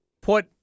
put